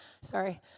Sorry